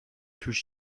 توش